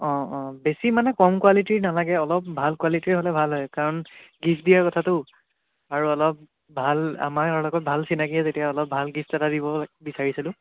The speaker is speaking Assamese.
অঁ অঁ বেছি মানে কম কোৱালিটীৰ নালাগে অলপ ভাল কোৱালিটীৰ হ'লে ভাল হয় কাৰণ গিফ্ট দিয়াৰ কথাটো আৰু অলপ ভাল আমাৰ এওঁৰ লগত ভাল চিনাকিয়েই যেতিয়া অলপ ভাল গিফ্ট এটা দিব বিচাৰিছিলোঁ